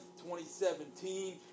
2017